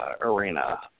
arena